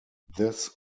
this